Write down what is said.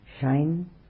shine